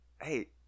Hey